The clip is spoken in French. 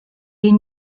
est